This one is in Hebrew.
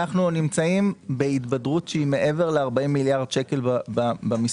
אנחנו נמצאים בהתבדרות שהיא מעבר ל-40 מיליארד שקל במספרים